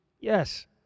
Yes